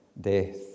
death